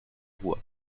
voix